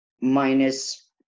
minus